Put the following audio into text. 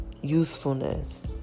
usefulness